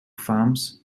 farms